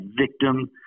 victim